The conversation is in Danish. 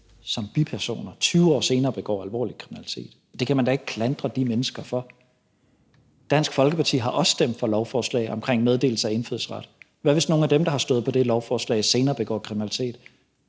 som bipersoner, 20 år senere begår alvorlig kriminalitet. Det kan man da ikke klandre de mennesker for. Dansk Folkeparti har også stemt for lovforslag om meddelelse af indfødsret. Hvad hvis nogen af dem, der har stået på det lovforslag, senere begår kriminalitet?